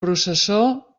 processó